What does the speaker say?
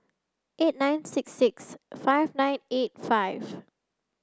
eight nine six six five nine eight five